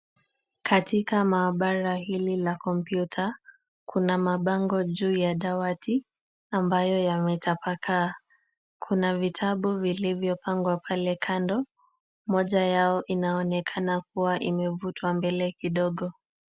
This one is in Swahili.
Katika maabara hili la kompyuta, kuna mabango juu ya dawati ambayo yametapakaa. Kuna vitabu vilivyopangwa pale kando, moja yao inaonekana kuwa imevutwa mbele kidogo.